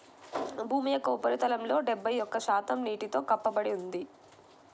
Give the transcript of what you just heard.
భూమి యొక్క ఉపరితలంలో డెబ్బై ఒక్క శాతం నీటితో కప్పబడి ఉంది